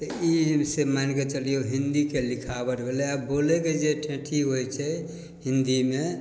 तऽ ई से मानिके चलिऔ हिन्दीके लिखावट भेलै आओर बोलैके जे ठेठी होइ छै हिन्दीमे